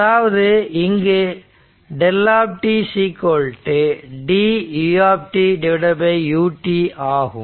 அதாவது இங்கு δ d u dt ஆகும்